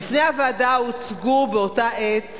בפני הוועדה הוצגו באותה עת